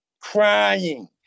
crying